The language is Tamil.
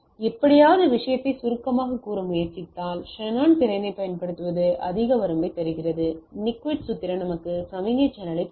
எப்படியாவது விஷயத்தை சுருக்கமாகக் கூற முயற்சித்தால் ஷானன் திறனைப் பயன்படுத்துவது அதிக வரம்பைத் தருகிறது நிக்விஸ்ட் சூத்திரம் நமக்கு சமிக்ஞை சேனலைத் தருகிறது